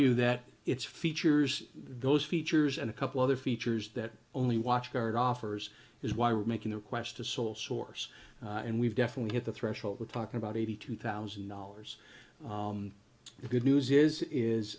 you that it's features those features and a couple other features that only watchguard offers is why we're making the request to sole source and we've definitely hit the threshold with talking about eighty two thousand dollars is good news is